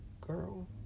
girl